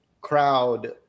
crowd